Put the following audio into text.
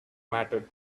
mattered